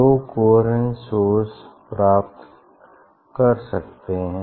दो coherence source कैसे प्राप्त कर सकते हैं